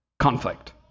conflict